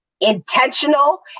intentional